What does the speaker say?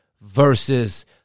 versus